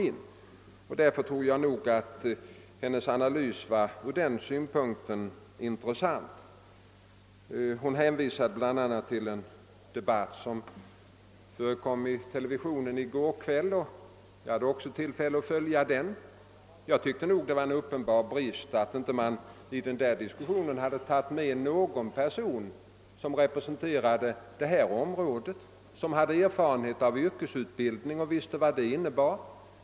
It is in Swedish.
Hennes analys var ur den synpunkten intressant. Hon hänvisar bl.a. till en debatt som förekom i TV i går kväll. Jag hade också tillfälle att följa denna debatt. Jag tycker det var en uppenbar brist att man inte hade tagit med någon person som hade erfarenhet av yrkesutbildning på detta område.